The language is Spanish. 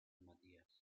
matías